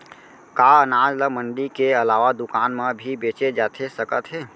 का अनाज ल मंडी के अलावा दुकान म भी बेचे जाथे सकत हे?